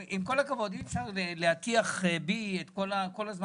עם כל הכבוד אי אפשר להטיח בי כל הזמן